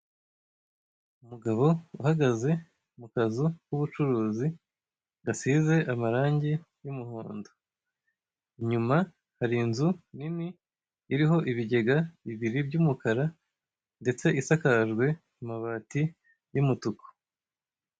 Umugabo uhagaze mu kazu k'ubucuruzi gasize amarangi y'umuhondo. Inyuma hari inzu nini iriho ibigega bibiri by'umukara ndetse isakajwe amabati y'umutuku.